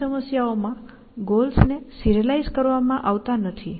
ઘણી સમસ્યાઓમાં ગોલ્સને સિરીઅલાઈઝ કરવામાં આવતા નથી